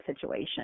situation